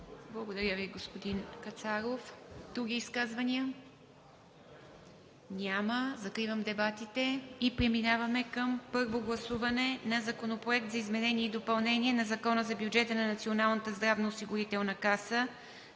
Благодаря Ви, господин Кацаров. Други изказвания? Няма. Закривам дебатите. Преминаваме към първо гласуване на Законопроект за изменение и допълнение на Закона за бюджета на Националната здравноосигурителна каса